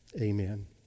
amen